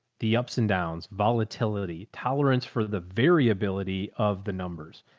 the ups and downs volatility tolerance for the variability of the numbers.